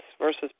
versus